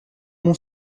mon